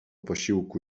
posiłku